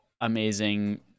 amazing